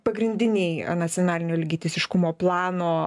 pagrindiniai nacionalinio lygiateisiškumo plano